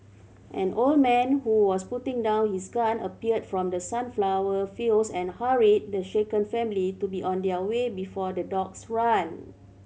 an old man who was putting down his gun appeared from the sunflower fields and hurried the shaken family to be on their way before the dogs run